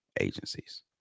Agencies